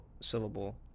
syllable